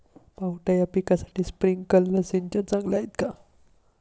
पावटा या पिकासाठी स्प्रिंकलर सिंचन चांगले आहे का?